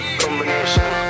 combination